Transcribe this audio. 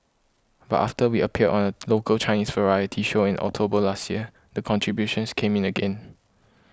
but after we appeared on a local Chinese variety show in October last year the contributions came in again